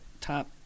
top